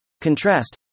Contrast